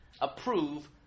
approve